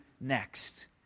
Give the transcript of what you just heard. next